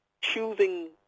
choosing